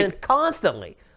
constantly